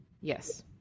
Yes